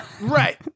right